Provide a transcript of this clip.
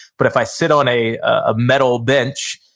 but if i sit on a ah metal bench,